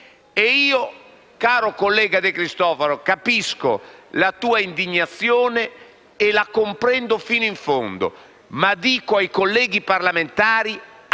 porte. Caro collega De Cristofaro, capisco la sua indignazione e la comprendo fino in fondo, ma dico ai colleghi parlamentari di